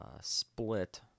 split